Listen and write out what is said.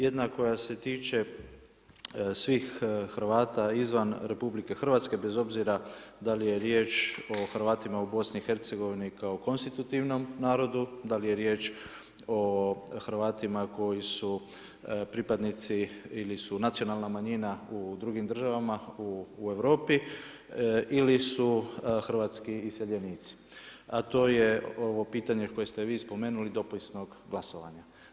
Jedna koja se tiče svih Hrvata izvan RH bez obzira da li je riječ o Hrvatima u BiH-u kao konstitutivnom narodu, da li je riječ o Hrvatima koji su pripadnici ili su nacionalna manjina u drugim država u Europi ili su hrvatski iseljenici, a to je ovo pitanje koje ste vi spomenuli, dopisnog glasovanja.